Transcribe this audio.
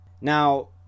Now